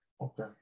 Okay